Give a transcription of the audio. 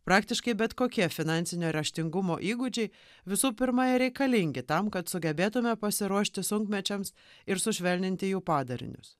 praktiškai bet kokie finansinio raštingumo įgūdžiai visų pirma reikalingi tam kad sugebėtumėme pasiruošti sunkmečiams ir sušvelninti jų padarinius